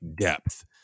depth